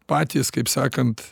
patys kaip sakant